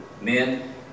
Men